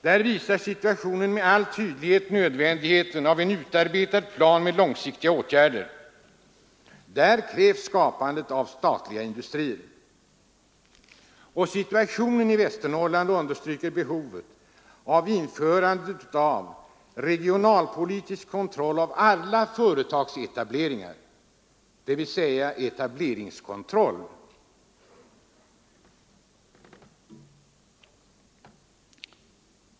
Där visar situationen med all tydlighet nödvändigheten av en utarbetad plan med långsiktiga åtgärder. Där krävs skapande av statliga industrier. Situationen i Västernorrland understryker behovet av att införa regionalpolitisk kontroll av alla företagsetableringar, dvs. etableringskontroll.